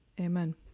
Amen